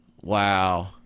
Wow